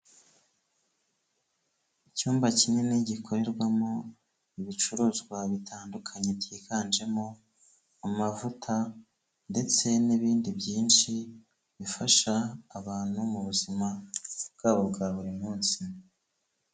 Icyumba kinini gikorerwamo ibicuruzwa bitandukanye byiganjemo amavuta ndetse n'ibindi byinshi bifasha abantu mu buzima bwabo bwa buri munsi.